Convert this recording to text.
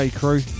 crew